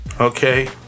okay